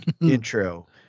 intro